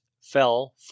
fell